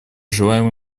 желаем